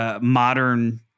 modern